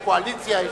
יש קואליציה,